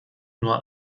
nur